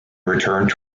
returned